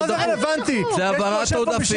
זה העברה של עודפים.